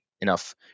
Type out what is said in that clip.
enough